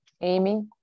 Amy